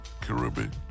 Caribbean